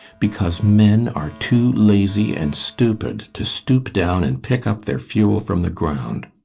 because men are too lazy and stupid to stoop down and pick up their fuel from the ground.